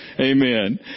Amen